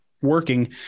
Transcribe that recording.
working